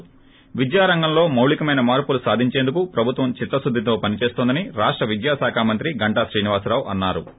ి విద్యారంగంలో మౌలికమైన మార్పులు సాధించేందుకు ప్రభుత్వం చిత్తశుద్దితో పనిచేస్తోందని రాష్ట విద్యా శాఖ మంత్రి గంటా శ్రీనివాసరావు అన్నా రు